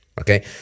okay